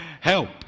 Help